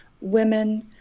women